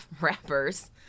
rappers